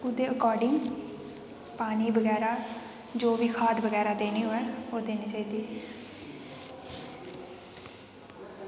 ओह्दे अकार्डिंग पानी बगैरा जो बी खाद बगैरा देनी होऐ ओह् देनी चाही दी